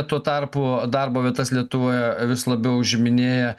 tuo tarpu darbo vietas lietuvoje vis labiau užiminėja